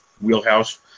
wheelhouse